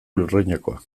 lurrinekoa